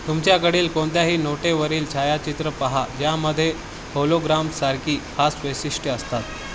तुमच्याकडील कोणत्याही नोटेवरील छायाचित्र पहा ज्यामध्ये होलोग्रामसारखी खास वैशिष्ट्य असतात